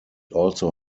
also